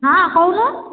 ହଁ କହୁନୁ